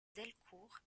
delcourt